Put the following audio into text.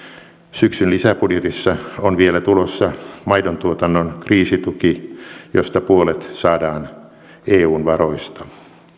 syksyn lisäbudjetissa on vielä tulossa maidontuotannon kriisituki josta puolet saadaan eun varoista